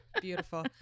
beautiful